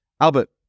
Albert